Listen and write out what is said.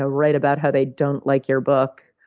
ah write about how they don't like your book,